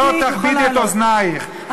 שלא תכבידי את אוזנייך,